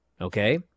okay